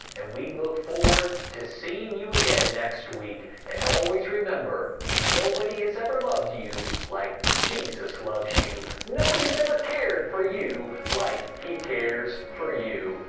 and we look forward to seeing you again next week! and always remember, nobody has ever loved you like jesus loves you! nobody's ever cared for you like he cares for you!